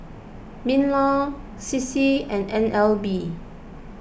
MinLaw C C and N L B